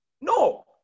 no